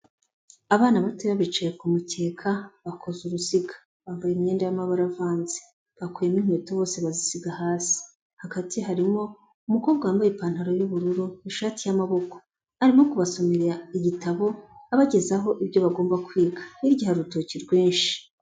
Abana bato bicaye ku mukeka, bakoze uruziga. Bambaye imyenda y'amabara avanze. Bakuyemo inkweto bose bazisiga hasi. Hagati harimo umukobwa wambaye ipantaro y'ubururu, ishati y'amaboko. Arimo kubasomerera igitabo, abagezaho ibyo bagomba kwiga. Hirya hari urutoki rwinshi.